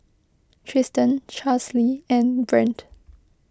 Tristian Charlsie and Brent